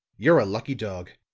you're a lucky dog.